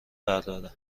برداره